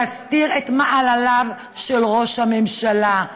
להסתיר את מעלליו של ראש הממשלה.